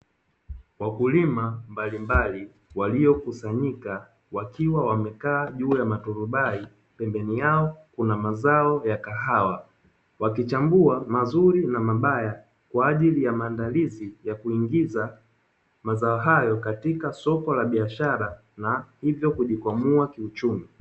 Wakulima mbalimbali waliokusanyika wakiwa wamekaa juu ya maturubai. Pembeni yao kuna mazao ya kahawa, wakichambua mazuri na mabaya kwa ajili ya maandalizi ya kuingiza mazao hayo katika soko la biashara na hivyo kujikwamua kiuchumi.